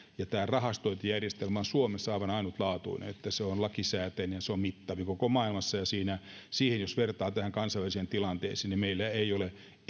tämä rahastointijärjestelmä on suomessa aivan ainutlaatuinen siinä että se on lakisääteinen ja se on mittavin koko maailmassa ja jos vertaa tähän kansainväliseen tilanteeseen niin meillä ei ole